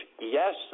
Yes